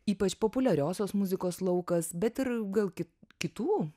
ypač populiariosios muzikos laukas bet ir gal ki kitų